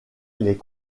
les